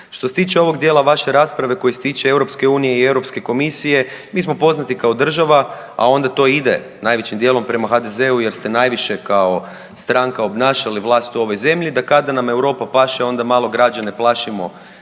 Što se tiče ovog dijela vaše rasprave koji se tiče EU i Europske komisije, mi smo poznati kao država, a onda to ide najvećim dijelom prema HDZ-u jer ste najviše kao stranka obnašali vlast u ovoj zemlji, da kada nam Europa ne paše onda malo građane plašimo